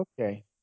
okay